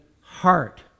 heart